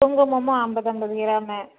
குங்குமமும் ஐம்பது ஐம்பது கிராமு